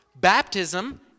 Baptism